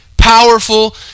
powerful